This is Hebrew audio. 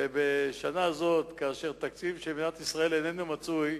ובשנה זו, כאשר התקציב של מדינת ישראל איננו מצוי,